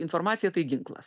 informacija tai ginklas